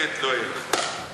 שקט לא יהיה לכם כאן.